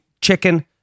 chicken